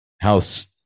house